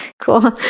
cool